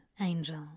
angel